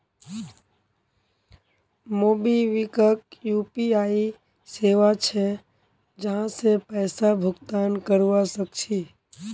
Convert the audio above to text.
MobiKwik UPI सेवा छे जहासे पैसा भुगतान करवा सक छी